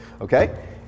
okay